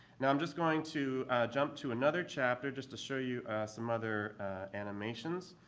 now i'm just going to jump to another chapter just to show you some other animations.